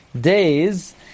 days